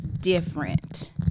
different